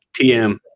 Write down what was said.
TM